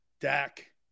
Dak